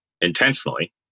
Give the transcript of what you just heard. intentionally